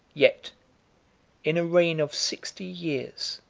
yet in a reign of sixty years,